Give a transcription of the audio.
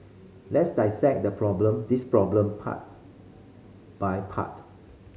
let's dissect the problem this problem part by part